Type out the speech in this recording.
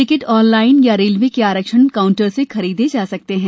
ticket online या railway के आरक्षण काउंटर से खरीदे जा सकते हैं